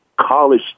college